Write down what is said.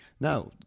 Now